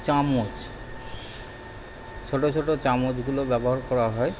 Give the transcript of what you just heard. চামচ ছোট ছোট চামচগুলো ব্যবহার করা হয়